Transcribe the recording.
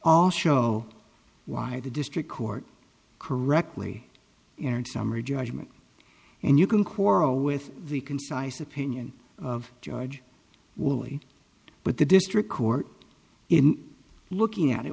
all show why the district court correctly in summary judgment and you can quarrel with the concise opinion of george woolly but the district court in looking at it